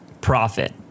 Profit